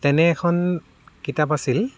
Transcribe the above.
তেনে এখন কিতাপ আছিল